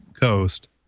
Coast